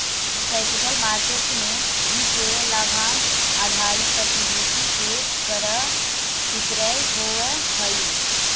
capital market में भी share लाभांश आधारित प्रतिभूति के क्रय विक्रय होवऽ हई